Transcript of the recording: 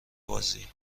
بازی